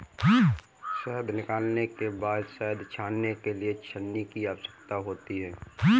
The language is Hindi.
शहद निकालने के बाद शहद छानने के लिए छलनी की आवश्यकता होती है